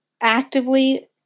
actively